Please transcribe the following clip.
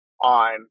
on